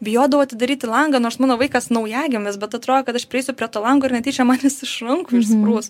bijodavau atidaryti langą nors mano vaikas naujagimis bet atrodo kad aš prieisiu prie to lango ir netyčia man jis iš rankų išsprūs